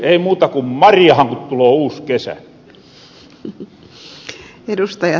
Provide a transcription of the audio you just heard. ei muuta kuin marjahan kun tuloo uus kesä